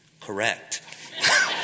Correct